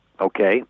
Okay